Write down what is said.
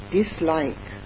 dislike